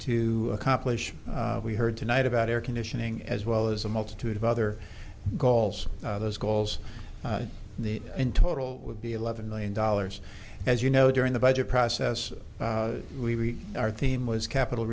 to accomplish we heard tonight about air conditioning as well as a multitude of other goals those goals in total would be eleven million dollars as you know during the budget process we are theme was capital